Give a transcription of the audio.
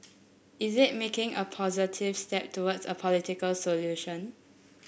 is it making a positive step towards a political solution